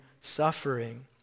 suffering